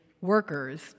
workers